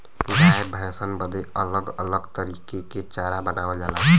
गाय भैसन बदे अलग अलग तरीके के चारा बनावल जाला